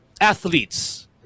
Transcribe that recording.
Athletes